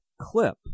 clip